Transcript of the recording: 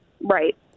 right